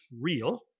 real